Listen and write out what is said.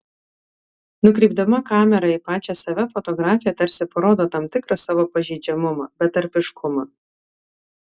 nukreipdama kamerą į pačią save fotografė tarsi parodo tam tikrą savo pažeidžiamumą betarpiškumą